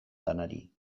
lanari